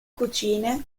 cucine